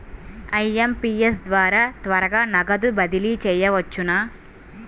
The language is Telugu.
ఐ.ఎం.పీ.ఎస్ ద్వారా త్వరగా నగదు బదిలీ చేయవచ్చునా?